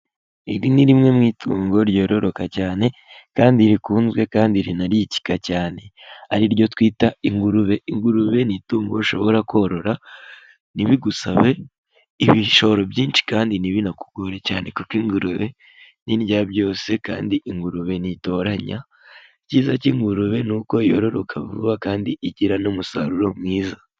Iri ni rimwe mu itungo ryororoka cyane kandi rikunzwe kandi rinarikika cyane, ari ryo twita ingurube. Ingurube ni itungo ushobora korora ntibigusabe ibishoro byinshi, kandi ntibinakugore cyane kuko ingurube ni indyabyose kandi ingurube ntitoranya. Icyiza cy'ingurube ni uko yororoka vuba kandi igira n'umusaruro mwiza.